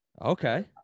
okay